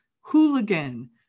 Hooligan